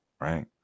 right